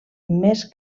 més